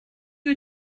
you